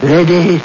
Ready